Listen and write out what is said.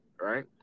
right